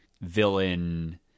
villain